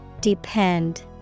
Depend